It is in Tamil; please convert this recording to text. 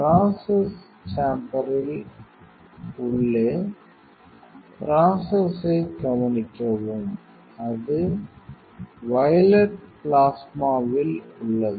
பிராசஸ் சேம்பரில் உள்ளே பிராசஸ் ஐ கவனிக்கவும் அது வயலட் பிளாஸ்மாவில் உள்ளது